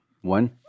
One